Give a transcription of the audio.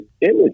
image